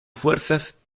fuerzas